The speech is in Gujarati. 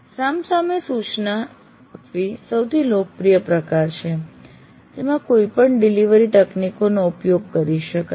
સામ સામે સૂચના આપવી સૌથી લોકપ્રિય પ્રકાર છે તેમાં કોઈપણ ડિલિવરી તકનીકોનો ઉપયોગ કરી શકાય છે